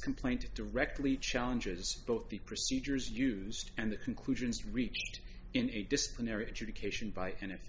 complaint directly challenges both the procedures used and the conclusions reached in a disciplinary education by and it